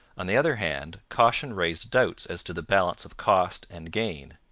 on the other hand, caution raised doubts as to the balance of cost and gain.